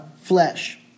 flesh